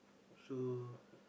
so